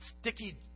Sticky